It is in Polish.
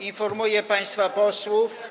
Informuję państwa posłów.